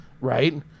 Right